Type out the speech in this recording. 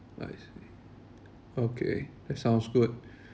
I see okay that sounds good